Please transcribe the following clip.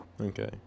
Okay